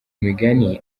migani